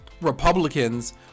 Republicans